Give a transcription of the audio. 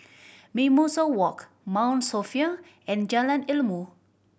Mimosa Walk Mount Sophia and Jalan Ilmu